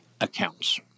accounts